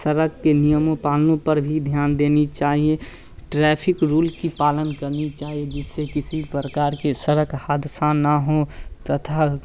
सड़क के नियमों पालनों पर भी ध्यान देनी चाहिए ट्रैफिल रूल की पालन करनी चाहिए जिससे किसी प्रकार की सड़क हादसा ना हो तथा